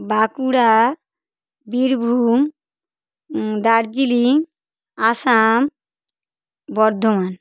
Bankura Birbhum Darjeeling Assam Bardhaman